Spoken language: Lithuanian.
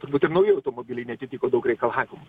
turbūt ir nauji automobiliai neatitiko daug reikalavimų